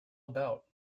about